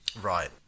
Right